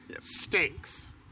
stinks